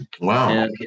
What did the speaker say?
Wow